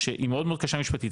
שהיא מאוד מאוד קשה משפטית,